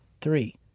Three